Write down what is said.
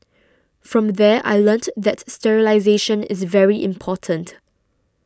from there I learnt that sterilisation is very important